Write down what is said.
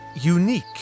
unique